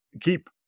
keep